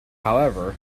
however